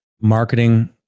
Marketing